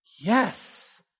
Yes